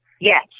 Yes